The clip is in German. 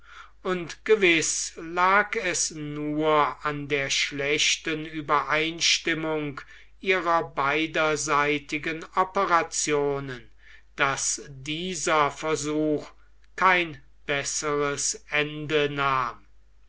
und gewiß lag es nur an der schlechten uebereinstimmung ihrer beiderseitigen operationen daß dieser versuch kein besseres ende nahm